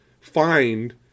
find